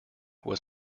was